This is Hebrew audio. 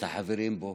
את החברים בו.